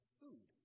food